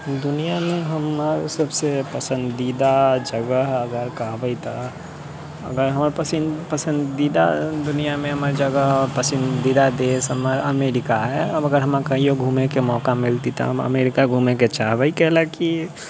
दुनियामे हमर सबसे पसंदीदा जगह अगर कहबै तऽ अगर हमरा पसीन पसंदीदा दुनिया मे हमर जगह पसंदीदा देश हमरा अमेरिका है अब अगर हम कहियो घूमय के मौका मिलतै तऽ हम अमेरिका घूमय के चाहबै कैला कि